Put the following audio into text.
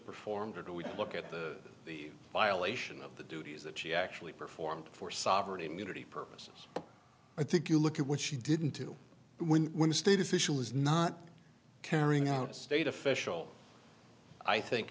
performed or do we look at the violation of the duties that she actually performed for sovereign immunity purposes i think you look at what she didn't to when when a state official is not carrying out state official i think